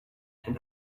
and